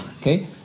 Okay